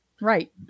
Right